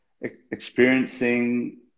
experiencing